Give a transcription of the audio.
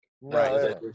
Right